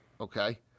okay